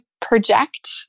project